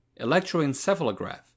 Electroencephalograph